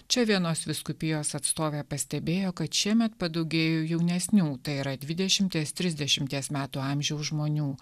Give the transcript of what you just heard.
čia vienos vyskupijos atstovė pastebėjo kad šiemet padaugėjo jaunesnių tai yra dvidešimties trisdešimties metų amžiaus žmonių